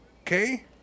Okay